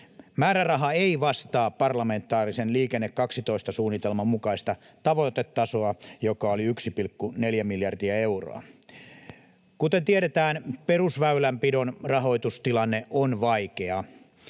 Määräraha ei vastaa parlamentaarisen Liikenne 12 ‑suunnitelman mukaista tavoitetasoa, joka oli 1,4 miljardia euroa. Kuten tiedetään, perusväylänpidon rahoitustilanne on vaikea.